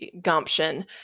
gumption